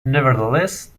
nevertheless